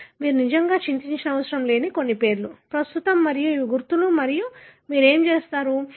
మీరు నిజంగా చింతించనవసరం లేని కొన్ని పేర్లు ప్రస్తుతం మరియు ఇవి గుర్తులు మరియు మీరు ఏమి చేస్తారు